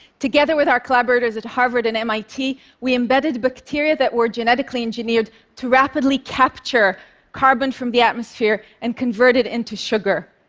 together with our collaborators at harvard and mit, we embedded bacteria that were genetically engineered to rapidly capture carbon from the atmosphere and convert it into sugar.